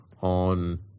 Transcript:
on